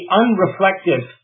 unreflective